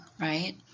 right